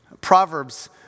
Proverbs